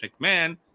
McMahon